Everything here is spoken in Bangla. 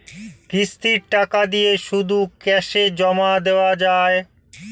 কিস্তির টাকা দিয়ে শুধু ক্যাসে জমা দেওয়া যায়?